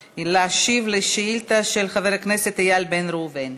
להשיב על שאילתה של חבר הכנסת איל בן ראובן.